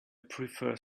prefer